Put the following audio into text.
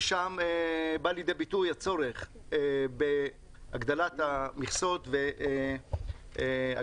ששם בא לידי ביטוי הצורך בהגדלת המכסות והגדלת